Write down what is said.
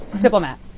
Diplomat